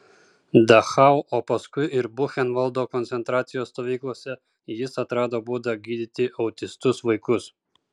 dachau o paskui ir buchenvaldo koncentracijos stovyklose jis atrado būdą gydyti autistus vaikus